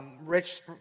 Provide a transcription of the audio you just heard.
Rich